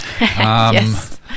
yes